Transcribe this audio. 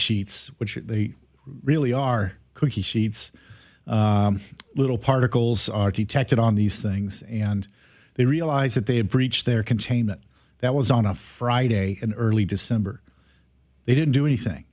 sheets which they really are cookie sheets little particles are detected on these things and they realize that they have breached their containment that was on a friday in early december they didn't do anything